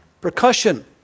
Percussion